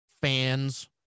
fans